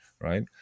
right